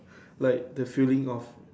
like the feeling of